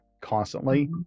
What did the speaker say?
constantly